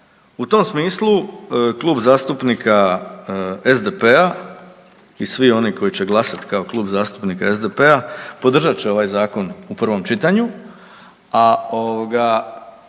U tom smislu Klub zastupnika SDP-a i svi oni koji će glasat kao Klub zastupnika SDP-a podržat će ovaj zakon u prvom čitanju, a ovoga